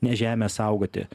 ne žemę saugoti